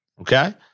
Okay